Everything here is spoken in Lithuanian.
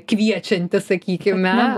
kviečianti sakykime